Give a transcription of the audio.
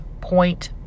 point